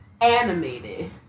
animated